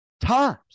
times